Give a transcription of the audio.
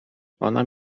ona